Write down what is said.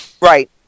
right